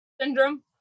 Syndrome